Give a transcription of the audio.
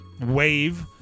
wave